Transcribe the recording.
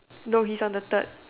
no his on the third